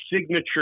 Signature